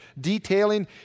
detailing